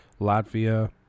Latvia